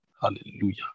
Hallelujah